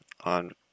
on